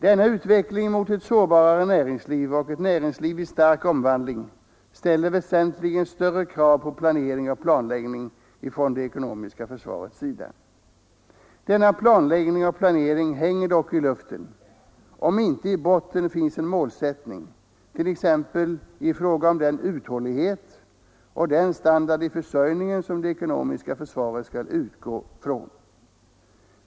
Denna utveckling mot ett sårbarare näringsliv och ett näringsliv i stark omvandling ställer väsentligt större krav på planering och planläggning från det ekonomiska försvarets sida. Denna planläggning och planering hänger dock i luften, om inte i botten finns en målsättning, t.ex. i fråga om den uthållighet och den standard i försörjningen som det ekonomiska försvaret skall utgå från.